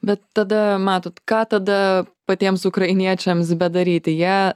bet tada matot ką tada patiems ukrainiečiams bedaryti jie